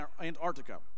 Antarctica